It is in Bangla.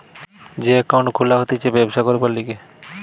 যে একাউন্ট খুলা হতিছে ব্যবসা করবার লিগে